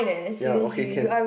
ya okay can